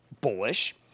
Bullish